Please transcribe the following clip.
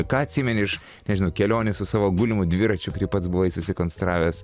ką atsimeni iš nežinau kelionės su savo gulimu dviračiu kurį pats buvai susikonstravęs